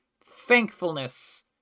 thankfulness